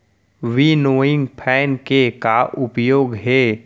Winnowing fan के का उपयोग हे?